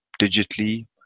digitally